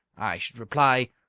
i should reply,